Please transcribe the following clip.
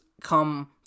come